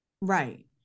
Right